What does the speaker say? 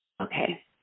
Okay